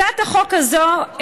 הצעת החוק הזאת,